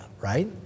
right